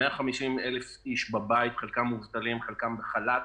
יש 150,000 איש בבית, חלקם מובטלים, חלקם בחל"ת,